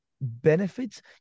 benefits